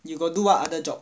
you got do what other job